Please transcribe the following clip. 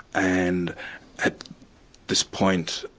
and at this point,